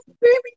baby